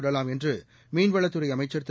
கொள்ளலாம் என்று மீன்வளத்துறை அமைச்சர் திரு